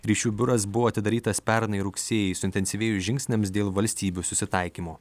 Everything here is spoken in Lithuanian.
ryšių biuras buvo atidarytas pernai rugsėjį suintensyvėjus žingsniams dėl valstybių susitaikymo